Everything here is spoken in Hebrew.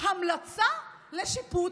המלצה לשיפוט.